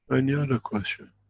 any other question?